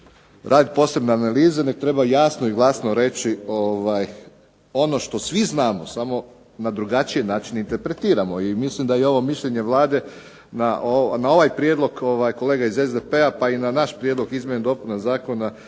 raditi posebne analize, nego treba jasno i glasno reći ono što svi znamo samo na drugačiji način interpretiramo. I mislim da i ovo mišljenje Vlade na ovaj prijedlog kolega iz SDP-a pa i na naš prijedlog izmjena i dopuna Zakona